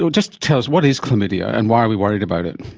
so just tell us, what is chlamydia and why are we worried about it?